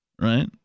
Right